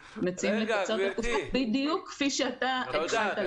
אנחנו מציעים לקצר את התקופה בדיוק כפי שאתה ביקשת.